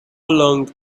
long